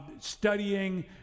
studying